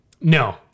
No